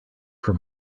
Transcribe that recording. from